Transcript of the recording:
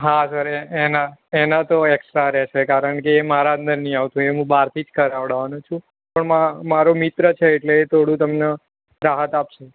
હા સર એના એના તો એક્સ્ટ્રા રહેશે કારણ કે એ મારા અંદર નહીં આવતું એનું બહારથી જ કરાવડાવવાનો છું તો મારો મિત્ર છે એટલે એ થોડું તમને રાહત આપશે